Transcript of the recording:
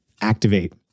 activate